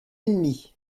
ennemie